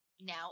now